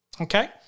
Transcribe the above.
okay